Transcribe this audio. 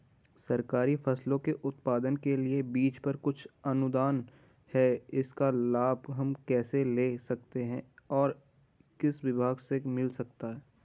सरकारी फसलों के उत्पादन के लिए बीज पर कुछ अनुदान है इसका लाभ हम कैसे ले सकते हैं और किस विभाग से मिल सकता है?